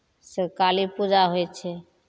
से काली पूजा होइ छै